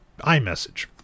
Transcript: iMessage